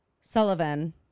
sullivan